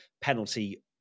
penalty